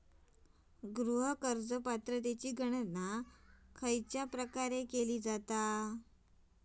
गृह कर्ज पात्रतेची गणना खयच्या प्रकारे केली जाते?